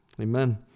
Amen